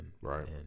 Right